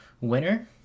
winner